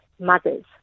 mothers